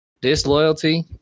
disloyalty